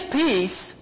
peace